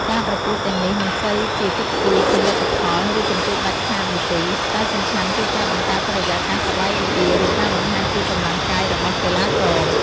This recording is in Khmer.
ការប្រកួតទាំងនេះមិនសូវជាគិតគូរពីលទ្ធផល ឬពិន្ទុដាច់ខាតនោះទេ តែសំខាន់គឺការបង្កើតបរិយាកាសសប្បាយរីករាយ និងការបង្ហាញពីកម្លាំងកាយរបស់កីឡាករ។